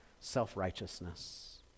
self-righteousness